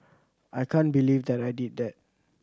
I can't believe that I did that